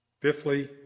Fifthly